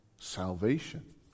salvation